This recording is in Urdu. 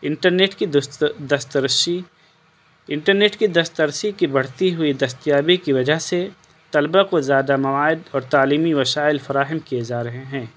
انٹرنیٹ کی دست رسی انٹرنیٹ کی دست رسی کی بڑھتی ہوئی دستیابی کی وجہ سے طلبہ کو زیادہ مواد اور تعلیمی وسائل فراہم کیے جا رہے ہیں